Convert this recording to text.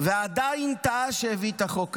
ועדיין טעה כשהביא את החוק הזה.